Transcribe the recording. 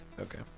okay